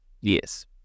Yes